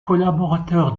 collaborateur